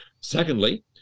secondly